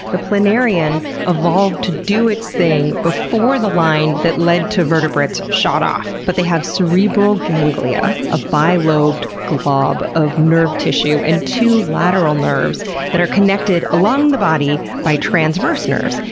the planarian evolved to do its thing before the line that led to vertebrates shot off. but they have cerebral ganglia, a bi-lobed glob of nerve tissue and two lateral nerves that are connected along the body by transverse nerves,